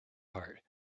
heart